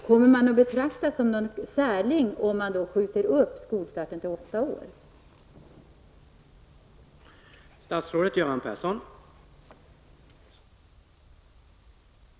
Kommer man att betraktas som en särsling om man skjuter skolstarten till åtta års ålder?